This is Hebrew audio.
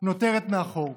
נותרת מאחור.